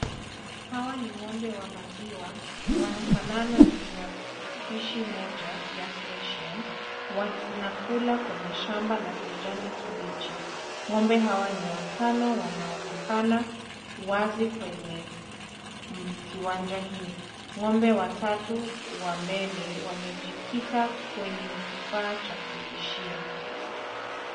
Hawa ni ng'ombe wa maziwa wanafanana na ni wa species moja ya fresian wanakula kwenye shamba la kijani kibichi. Ng'ombe hawa ni watano na wanaonekana wazi kwenye kiwanja hii. Ng'ombe watatu wa mbele wamejikita kwenye kifaa cha kulishia.